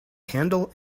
handle